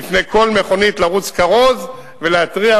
לפני כל מכונית לרוץ כרוז ולהתריע?